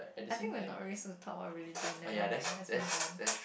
I think we're not really supposed to talk about religion never mind let's move on